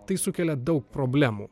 tai sukelia daug problemų